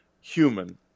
human